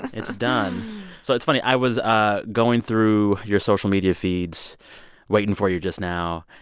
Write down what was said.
it's done so it's funny. i was ah going through your social media feeds waiting for you just now.